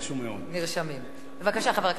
בבקשה, חבר הכנסת שטרית.